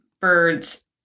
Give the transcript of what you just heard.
birds